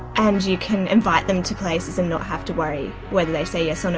and you can invite them to places and not have to worry whether they say yes or no.